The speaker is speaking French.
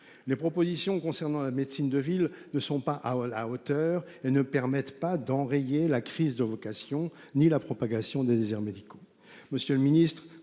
Les propositions concernant la médecine de ville ne sont pas à la hauteur et ne permettent pas d'enrayer la crise de vocation ni la propagation des déserts médicaux.